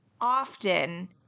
often